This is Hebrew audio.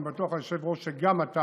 ואני בטוח, היושב-ראש, שגם אתה